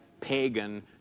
pagan